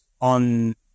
on